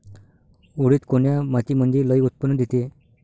उडीद कोन्या मातीमंदी लई उत्पन्न देते?